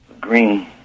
green